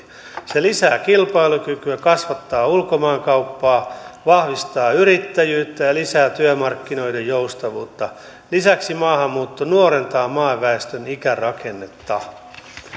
se lisää kilpailukykyä kasvattaa ulkomaankauppaa vahvistaa yrittäjyyttä ja lisää työmarkkinoiden joustavuutta lisäksi maahanmuutto nuorentaa maan väestön ikärakennetta että